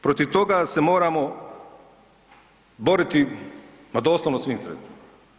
Protiv toga se moramo boriti ma doslovno svim sredstvima.